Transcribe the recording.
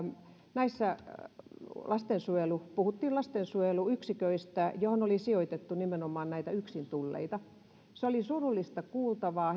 näissä puhuttiin lastensuojeluyksiköistä joihin oli sijoitettu nimenomaan näitä yksin tulleita heidän tarinansa olivat surullista kuultavaa